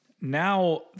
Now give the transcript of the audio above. now